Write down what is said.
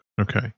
Okay